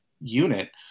unit